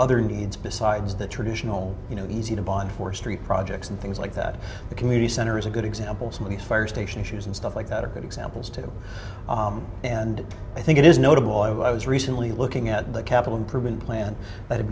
other needs besides the traditional you know easy to bond forestry projects and things like that the community center is a good example some of the fire station issues and stuff like that are good examples too and i think it is notable i was recently looking at the capital improvement plan that ha